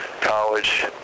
college